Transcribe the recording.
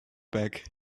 back